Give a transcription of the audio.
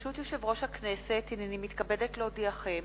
ברשות יושב-ראש הכנסת, הנני מתכבדת להודיעכם,